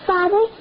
Father